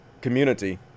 community